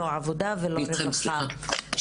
לספק להן